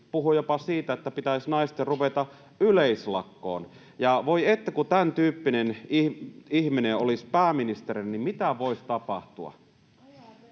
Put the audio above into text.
puhui jopa siitä, että naisten pitäisi ruveta yleislakkoon. Ja voi että, kun tämäntyyppinen ihminen olisi pääministerinä, niin mitä voisi tapahtua.